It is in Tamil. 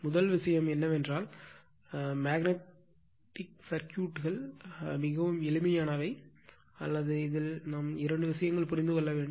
முதல் விஷயம் என்னவென்றால் மேக்னட்டிக் சர்க்யூட் விஷயங்கள் மிகவும் எளிமையானவை ஒன்று அல்லது இரண்டு விஷயங்கள் மட்டுமே புரிந்து கொள்ள வேண்டும்